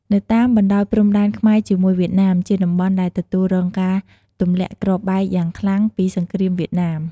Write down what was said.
នៅតាមបណ្តោយព្រំដែនខ្មែរជាមួយវៀតណាម ជាតំបន់ដែលទទួលរងការទម្លាក់គ្រាប់បែកយ៉ាងខ្លាំងពីសង្គ្រាមវៀតណាម។